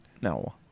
No